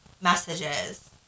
messages